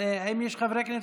נוכחת חיים ביטון,